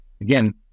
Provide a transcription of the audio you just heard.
again